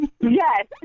Yes